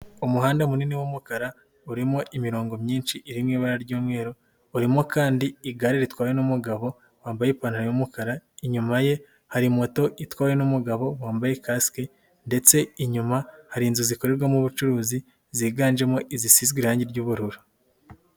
Umuhanda munini w'umukara urimo imirongo myinshi iri mu ibara ry'umweru, urimo kandi igare ritwawe n'umugabo wambaye ipantaro y'umukara, inyuma ye hari moto itwawe n'umugabo wambaye kasike ndetse inyuma hari inzu zikorerwamo ubucuruzi ziganjemo izisizwe irangi ry'ubururu.